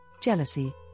jealousy